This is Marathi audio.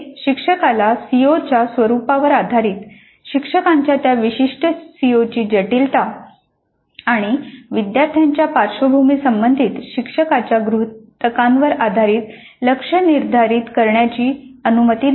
हे शिक्षकाला सीओच्या स्वरूपावर आधारित शिक्षकांच्या त्या विशिष्ट सीओची जटिलता आणि विद्यार्थ्यांच्या पार्श्वभूमी संबंधित शिक्षकाच्या गृहितकांवर आधारित लक्ष्य निर्धारित करण्याची अनुमती देते